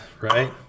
right